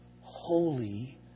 holy